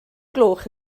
gloch